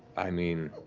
i mean,